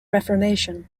reformation